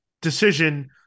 decision